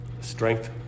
strength